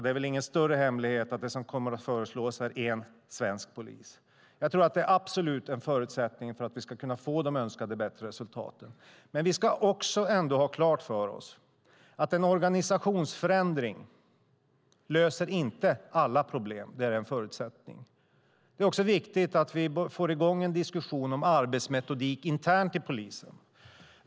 Det är väl ingen större hemlighet att det som kommer att föreslås är en svensk polis, och jag tror att det absolut är en förutsättning för att vi ska kunna få de önskade bättre resultaten. Men vi ska också ha klart för oss att en organisationsförändring inte löser alla problem. Det är en förutsättning. Det är också viktigt att vi får i gång en diskussion om arbetsmetodik internt i polisen.